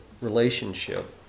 relationship